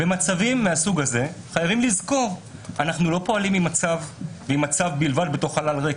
במצבים מהסוג הזה חייבים לזכור שאנחנו לא פועלים בתוך חלל ריק,